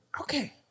okay